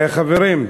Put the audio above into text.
חברים,